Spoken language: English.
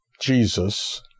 Jesus